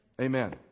Amen